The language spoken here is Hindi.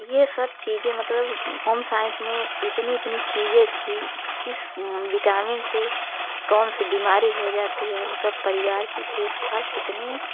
ये सब चीज़ें मतलब होमसाइंस में इतनी इतनी चीज़ें थी किस विटामिन से कौन सी बीमारी हो जाती है मतलब परिवार की देखभाल कितने